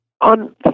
on